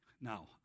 now